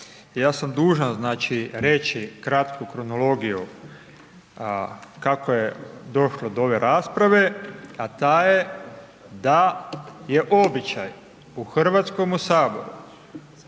Ja sam dužan, znači, reći kratku kronologiju kako je došlo do ove rasprave, a ta je da je običaj u HS da